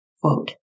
quote